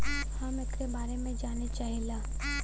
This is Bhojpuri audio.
हम एकरे बारे मे जाने चाहीला?